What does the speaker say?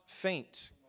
Faint